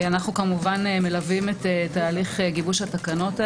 אנחנו כמובן מלווים את תהליך גיבוש התקנות האלה,